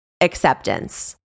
acceptance